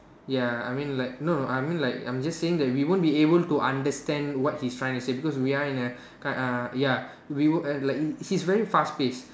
ya I mean like no no I mean like I'm just saying that we won't be able to understand what he's trying to say because we are in a kind uh ya we won't uh like he's very fast paced